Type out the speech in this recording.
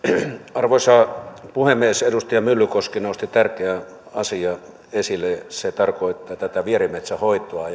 arvoisa puhemies edustaja myllykoski nosti tärkeän asian esille se tarkoittaa tätä vierimetsänhoitoa